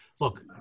Look